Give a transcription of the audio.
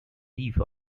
levy